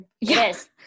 Yes